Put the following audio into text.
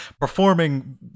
performing